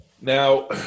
Now